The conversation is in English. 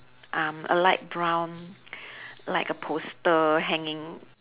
um a light brown like a poster hanging